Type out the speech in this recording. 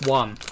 one